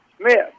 Smith